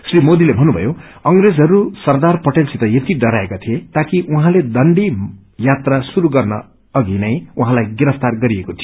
श्री मोदीले भन्नुमयो अंग्रेजहरू सरदार पटेलसित यति डराएका थिए ताकि उहाँले दाण्ड यात्रा शुरू गर्नु अघि नै उहाँलाई गिरफ्तार गरिएको थियो